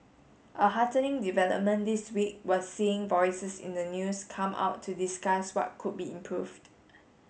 a heartening development this week was seeing voices in the news come out to discuss what could be improved